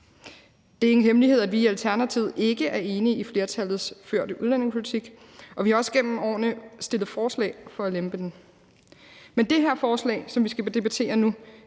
Det er ingen hemmelighed, at vi i Alternativet ikke er enige i flertallets førte udlændingepolitik, og vi har også igennem årene fremsat forslag for at lempe den. Men det her forslag, som vi skal debattere nu,